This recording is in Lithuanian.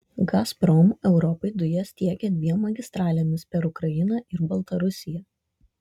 gazprom europai dujas tiekia dviem magistralėmis per ukrainą ir baltarusiją